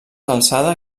alçada